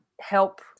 help